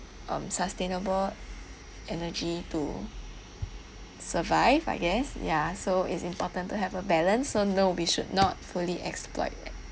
um sustainable energy to survive I guess ya so it's important to have a balance so no we should not fully exploit